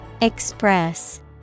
Express